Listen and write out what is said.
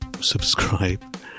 subscribe